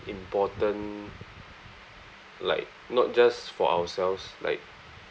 important like not just for ourselves like